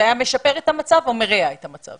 זה היה משפר את המצב או מרע את המצב?